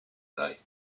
day